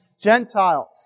Gentiles